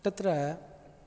तत्र